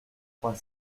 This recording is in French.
trois